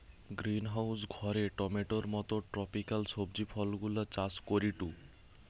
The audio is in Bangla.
গ্রিনহাউস ঘরে টমেটোর মত ট্রপিকাল সবজি ফলগুলা চাষ করিটু